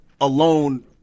alone-